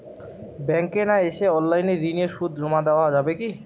ব্যাংকে না এসে অনলাইনে ঋণের সুদ জমা দেওয়া যাবে কি?